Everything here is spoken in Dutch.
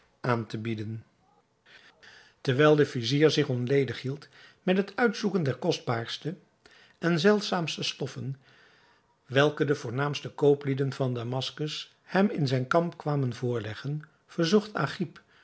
aan te bieden terwijl de vizier zich onledig hield met het uitzoeken der kostbaarste en zeldzaamste stoffen welke de voornaamste kooplieden van damaskus hem in zijn kamp kwamen voorleggen verzocht agib